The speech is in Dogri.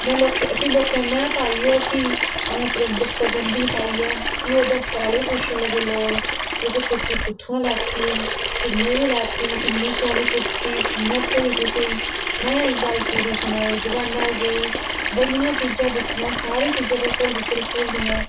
में लोकें फ्ही लोकें में पाई ओह् फ्ही अ'ऊं अपने दफ्तर जंदी ही पाइयै फ्ही ओह् दफ्तर आह्ले पुच्छन लग्गे लोग कि तुहें कुर्ती कुत्थुआं लैती किन्ने दी लैती इन्नी सोह्नी कुर्ती कियां थ्होई तुसें गी में एह् गल्ल पूरी सनाई दकाने पर गेई बड़ियां चीज़ां दिक्खियां सारें चीज़ां तड़फोली तड़फोली